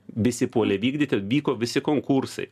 visi puolė vykdyti vyko visi konkursai